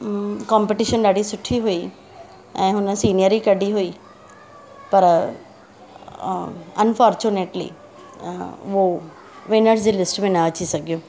competition ॾाढी सुठी हुई ऐं हुन सिन्यरी कढी हुई पर अनफॉर्चुनेटली उहो विनर्स जी लिस्ट में न अची सघियो